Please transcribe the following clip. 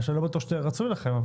מה שלא בטוח רצוי לכם,